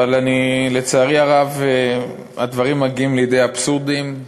אבל, לצערי הרב, הדברים מגיעים לידי אבסורדים,